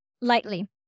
lightly